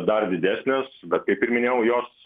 dar didesnės bet kaip ir minėjau jos